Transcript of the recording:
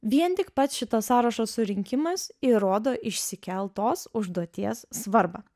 vien tik pats šito sąrašo surinkimas įrodo išsikeltos užduoties svarbą